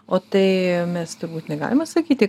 o tai mes turbūt negalima sakyti